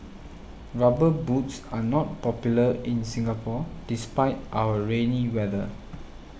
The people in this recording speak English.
rubber boots are not popular in Singapore despite our rainy weather